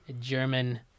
German